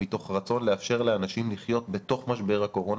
מתוך רצון לאפשר לאנשים לחיות בתוך משבר הקורונה